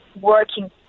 working